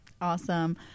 awesome